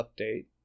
update